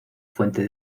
fuente